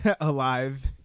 alive